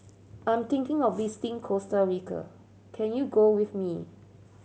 I'm thinking of visiting Costa Rica can you go with me